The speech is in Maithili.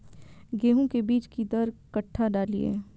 गेंहू के बीज कि दर कट्ठा डालिए?